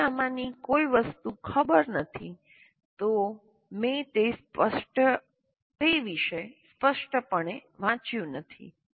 જો મને આમાંની કોઈ વસ્તુ ખબર નથી તો મેં તે વિશે સ્પષ્ટપણે વાંચ્યું નથી